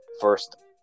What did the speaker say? first